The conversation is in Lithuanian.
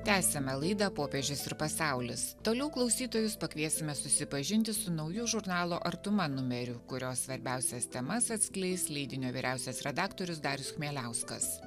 tęsiame laidą popiežius ir pasaulis toliau klausytojus pakviesime susipažinti su nauju žurnalo artuma numeriu kurio svarbiausias temas atskleis leidinio vyriausias redaktorius darius chmieliauskas